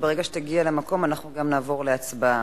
ברגע שתגיע למקום אנחנו גם נעבור להצבעה,